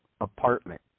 apartment